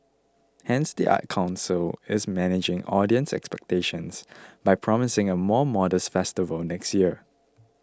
hence the arts council is managing audience expectations by promising a more modest festival next year